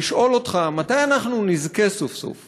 לשאול אותך: מתי אנחנו נזכה סוף-סוף